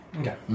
Okay